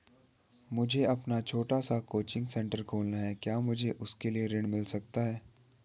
मुझे अपना छोटा सा कोचिंग सेंटर खोलना है क्या मुझे उसके लिए ऋण मिल सकता है?